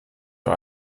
für